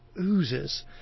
oozes